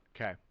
okay